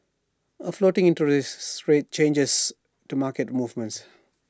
A floating interest rate changes to market movements